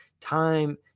Time